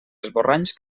esborranys